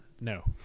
no